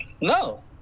No